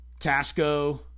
Tasco